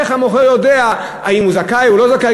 איך המוכר יודע אם הוא זכאי או לא זכאי?